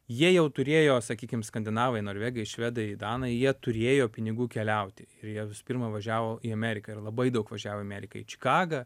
jie jau turėjo sakykim skandinavai norvegai švedai danai jie turėjo pinigų keliauti ir jie visų pirma važiavo į ameriką ir labai daug važiavo į ameriką į čikagą